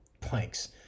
planks